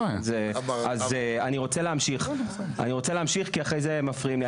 אני רוצה להמשיך, כי אחרי זה מפריעים לי.